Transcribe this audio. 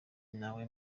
nawe